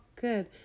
good